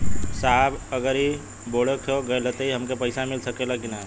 साहब अगर इ बोडखो गईलतऽ हमके पैसा मिल सकेला की ना?